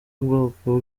bwoko